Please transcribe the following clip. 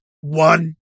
one